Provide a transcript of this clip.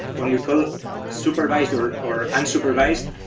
when we call supervised or or unsupervised,